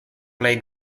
plej